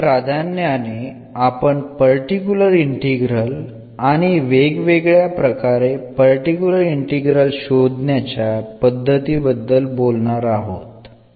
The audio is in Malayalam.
പ്രത്യേകിച്ചും പർട്ടിക്കുലർ ഇന്റഗ്രൽനെക്കുറിച്ചും പർട്ടിക്കുലർ ഇന്റഗ്രൽ വിലയിരുത്തുന്നതിനുള്ള സൊലൂഷൻ ടെക്നിക്കുകളും നമ്മൾ നോക്കും